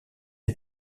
est